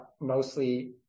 mostly